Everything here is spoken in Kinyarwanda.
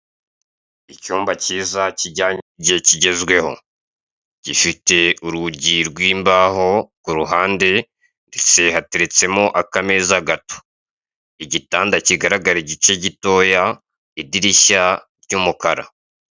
Icyumba kiza kijyanye n'igihe kigezweho. Gifite urugi rw'imbaho kuruhande ndetse hateretsemo akameza gato. Igitanda kigaragara igice gitoya idirishya ry'umukara.